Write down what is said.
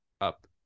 up